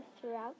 throughout